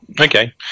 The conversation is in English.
Okay